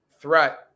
threat